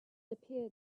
appeared